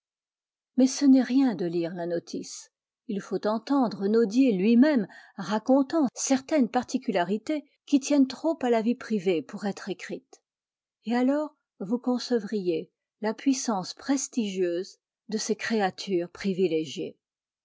mais ce n'est rien de lire la notice il faut entendre nodier lui-même racontant certaines particularités qui tiennent trop à la vie privée pour être écrites et alors vous concevriez la puissance prestigieuse de ces créatures privilégiées